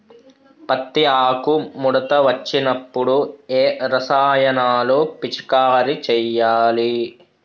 పత్తి ఆకు ముడత వచ్చినప్పుడు ఏ రసాయనాలు పిచికారీ చేయాలి?